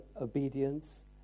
obedience